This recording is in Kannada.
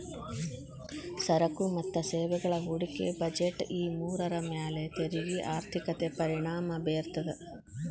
ಸರಕು ಮತ್ತ ಸೇವೆಗಳ ಹೂಡಿಕೆ ಬಜೆಟ್ ಈ ಮೂರರ ಮ್ಯಾಲೆ ತೆರಿಗೆ ಆರ್ಥಿಕತೆ ಪರಿಣಾಮ ಬೇರ್ತದ